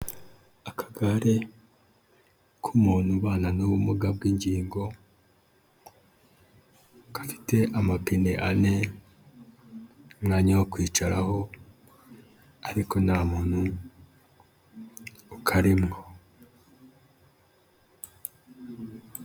Akagare k'umuntu ubana n'ubumuga bw'ingingo, gafite amapine ane, umwanya wo kwicaraho ariko nta muntu ukarimo.